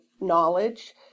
knowledge